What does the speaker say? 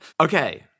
Okay